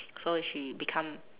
so if she become